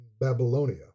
Babylonia